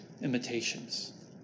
imitations